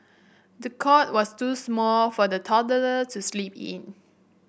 the cot was too small for the toddler to sleep in